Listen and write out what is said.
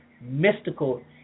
mystical